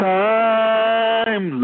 time